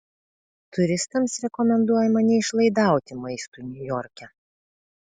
turistams rekomenduojama neišlaidauti maistui niujorke